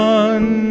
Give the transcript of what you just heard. one